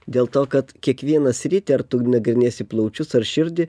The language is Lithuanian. dėl to kad kiekvieną sritį ar tu nagrinėsi plaučius ar širdį